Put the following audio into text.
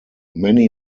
many